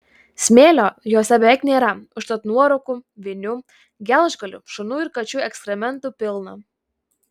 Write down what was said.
smėlio jose beveik nėra užtat nuorūkų vinių gelžgalių šunų ir kačių ekskrementų pilna